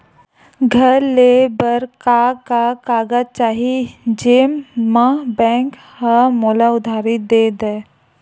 घर ले बर का का कागज चाही जेम मा बैंक हा मोला उधारी दे दय?